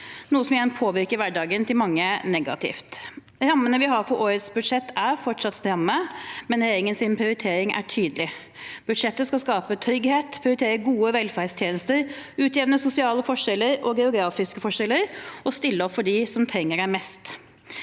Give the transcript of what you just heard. noe som igjen påvirker hverdagen negativt for mange. Rammene vi har for årets budsjett, er fortsatt stramme, men regjeringens prioritering er tydelig: Budsjettet skal skape trygghet, prioritere gode velferdstjenester, utjevne sosiale og geografiske forskjeller og stille opp for dem som trenger det mest.